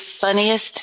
funniest